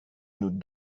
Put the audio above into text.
nous